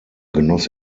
genoss